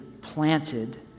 planted